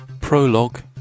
Prologue